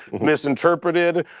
misinterpreted,